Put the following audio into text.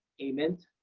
payment